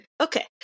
Okay